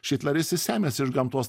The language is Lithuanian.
šitleris jis semiasi iš gamtos